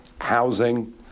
housing